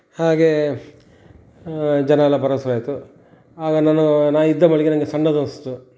ಹಾಗೇ ಜನ ಎಲ್ಲ ಬರೋದು ಶುರು ಆಯಿತು ಆಗ ನಾನು ನಾ ಇದ್ದ ಮಳಿಗೆ ನಂಗೆ ಸಣ್ಣದು ಅನಿಸ್ತು